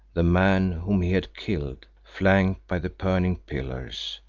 the man whom he had killed, flanked by the burning pillars,